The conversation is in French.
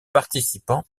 participants